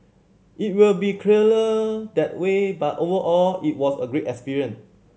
it will be clearer that way but overall it was a great experience